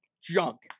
junk